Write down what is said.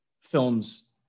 films